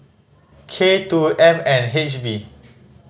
k two M N H V